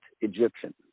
Egyptian